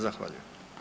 Zahvaljujem.